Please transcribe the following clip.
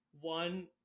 one